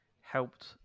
helped